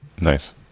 Nice